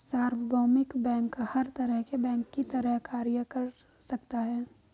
सार्वभौमिक बैंक हर तरह के बैंक की तरह कार्य कर सकता है